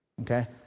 okay